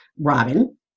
Robin